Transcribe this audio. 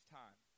time